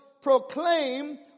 proclaim